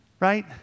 Right